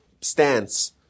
stance